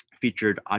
featured